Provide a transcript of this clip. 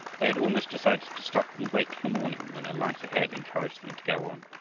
they had almost decided to stop and wait for morning when a light ahead encouraged them to go on.